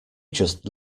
just